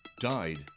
died